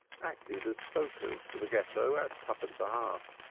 acted as stokers to the ghetto at twopence a hearth.